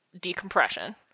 decompression